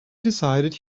decided